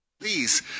Please